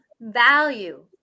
value